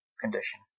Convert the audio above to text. condition